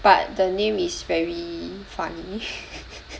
but the name is very funny